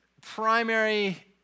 primary